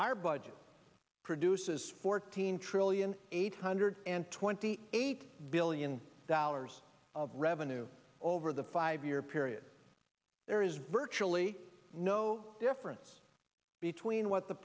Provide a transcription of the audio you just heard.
our budget produces fourteen trillion eight hundred and twenty eight billion dollars of revenue over the five year period there is virtually no difference between what the